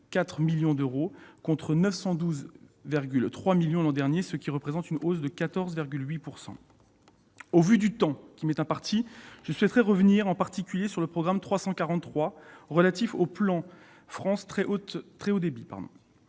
millions d'euros, contre 912,3 millions d'euros l'an dernier, ce qui représente une hausse de 14,8 %. Au vu du temps qui m'est imparti, je souhaiterais revenir en particulier sur le programme 343, « Plan France Très haut débit